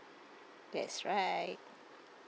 that's right